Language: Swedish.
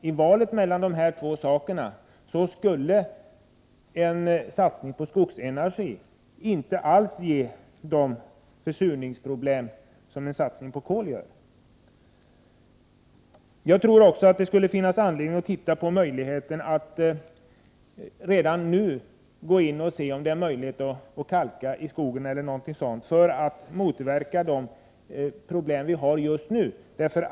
I valet mellan dessa två energislag skall man ha klart för sig att en satsning på skogsenergi inte alls skulle ge de försurningsproblem som en satsning på kol ger. Jag tror att det finns anledning att titta på möjligheten att redan nu kalka i skogen för att motverka de problem som vi f. n. har.